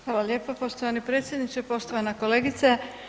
Hvala lijepo poštovani predsjedniče, poštovana kolegice.